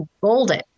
golden